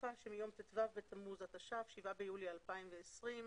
בתקופה שמיום ט"ו בתמוז התש"ף (7 ביולי 2020)